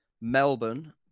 Melbourne